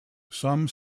some